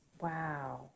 Wow